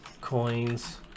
Coins